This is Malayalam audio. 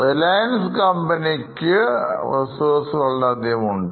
Reliance കമ്പനിക്ക് reserves വളരെയധികം ഉണ്ട്